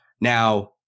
Now